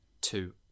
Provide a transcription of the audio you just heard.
two